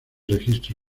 registro